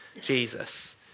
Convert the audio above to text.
Jesus